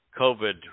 COVID